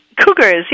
Cougars